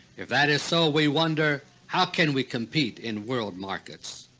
if that is so, we wonder how can we compete in world markets?